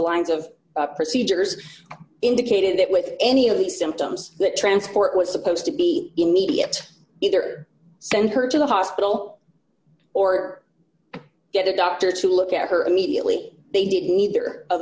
lines of procedures indicated that with any of these symptoms that transport was supposed to be immediate either send her to the hospital or get a doctor to look at her immediately they did neither of